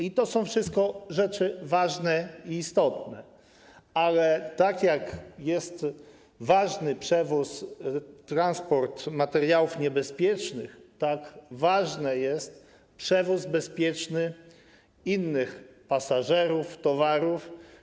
I to są wszystko rzeczy ważne i istotne, ale tak jak jest ważny przewóz, transport materiałów niebezpiecznych, tak ważny jest przewóz bezpieczny innych pasażerów, towarów.